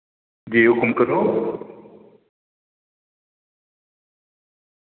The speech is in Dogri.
जी हुकम करो